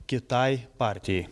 kitai partijai